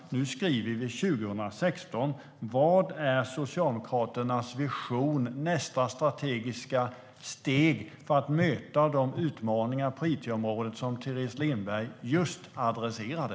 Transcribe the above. Nu skriver vi 2016. Vad är Socialdemokraternas vision, nästa strategiska steg, för att möta de utmaningar på it-området som Teres Lindberg just adresserade?